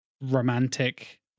romantic